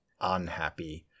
unhappy